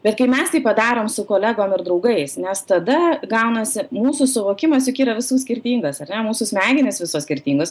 bet kai mes tai padarom su kolegom ir draugais nes tada gaunasi mūsų suvokimas juk yra visų skirtingas ar ne mūsų smegenys visos skirtingos